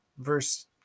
verse